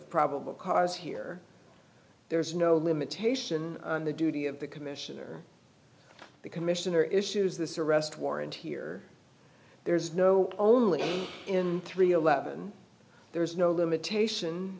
probable cause here there is no limitation on the duty of the commissioner the commissioner issues this arrest warrant here there's no only in three eleven there's no limitation